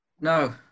No